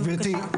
גבירתי,